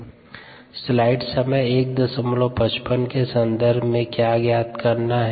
संदर्भ स्लाइड समय 0155 स्लाइड समय 0155 के सन्दर्भ में क्या ज्ञात करना है